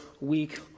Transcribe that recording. week